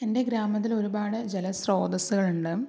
എൻ്റെ ഗ്രാമത്തിൽ ഒരുപാട് ജലസ്രോതസ്സുകളുണ്ട്